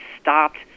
stopped